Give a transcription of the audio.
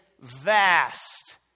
vast